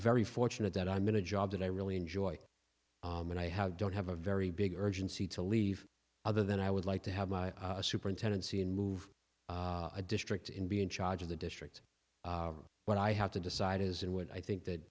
very fortunate that i'm in a job that i really enjoy and i have don't have a very big urgency to leave other than i would like to have my superintendency and move a district in be in charge of the district but i have to decide as in what i think that